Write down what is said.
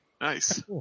Nice